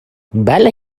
بله